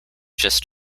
gist